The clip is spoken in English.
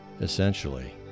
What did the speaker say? Essentially